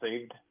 saved